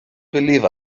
believe